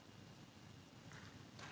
Hvala,